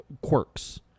quirks